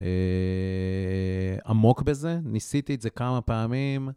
עמוק בזה, ניסיתי את זה כמה פעמים.